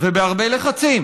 ובהרבה לחצים,